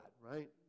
right